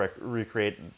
recreate